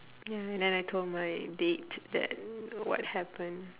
ya and then I told my date that what happen